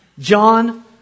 John